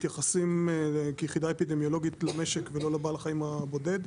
מתייחסים כיחידה אפידמיולוגית למשק ולא לבעל החיים הבודד,